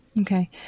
Okay